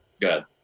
good